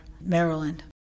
maryland